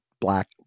black